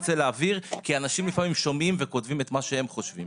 כי אנשים לפעמים שומעים וכותבים את מה שהם חושבים.